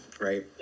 right